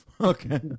Okay